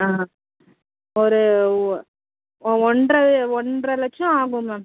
ஆ ஒரு ஒன்றரை ஒன்றரை லட்சம் ஆகும் மேம்